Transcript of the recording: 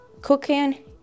cooking